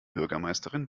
bürgermeisterin